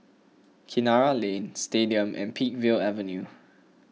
Kinara Lane Stadium and Peakville Avenue